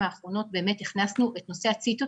האחרונות זה באמת הכנסנו את נושא הציטוטק